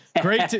great